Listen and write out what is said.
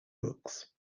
books